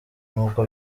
nuko